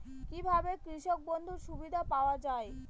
কি ভাবে কৃষক বন্ধুর সুবিধা পাওয়া য়ায়?